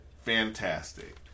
Fantastic